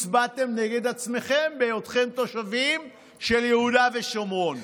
הצבעתם נגד עצמכם בהיותכם תושבים של יהודה ושומרון.